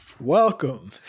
welcome